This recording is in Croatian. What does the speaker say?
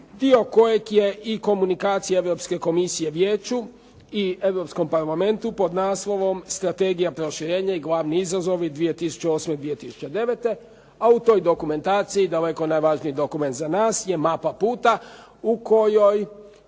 dio kojeg je i komunikacija Europske komisije vijeću i Europskom parlamentu pod naslovom "Strategija proširenja i glavni izazovi 2008.-2009.", a u toj dokumentaciji daleko najvažniji dokument za nas Mapa puta, u kojoj